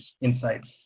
insights